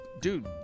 dude